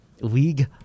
league